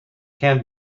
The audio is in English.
can